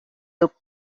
look